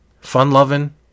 fun-loving